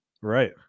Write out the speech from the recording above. Right